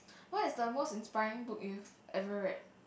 what is the most inspiring book you've ever read